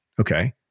Okay